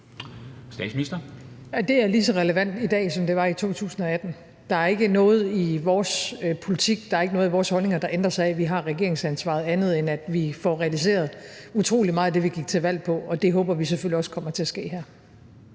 Det er lige så relevant i dag, som det var i 2018. Der er ikke noget i vores politik, og der er ikke noget i vores holdninger, der ændres af, at vi har regeringsansvaret, andet, end at vi får realiseret utrolig meget af det, vi gik til valg på, og det håber vi selvfølgelig også kommer til at ske her.